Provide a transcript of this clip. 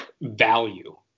value